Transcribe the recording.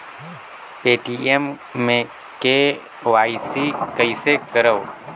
Paytm मे KYC कइसे करव?